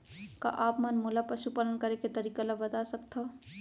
का आप मन मोला पशुपालन करे के तरीका ल बता सकथव?